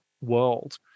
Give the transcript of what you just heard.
world